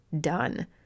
done